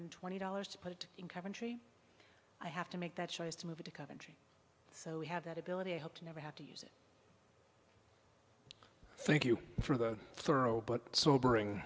twenty dollars to put it in coventry i have to make that choice to move to coventry so we have that ability i hope to never have to use it thank you for the thorough but sobering